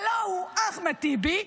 הלוא הוא אחמד טיבי.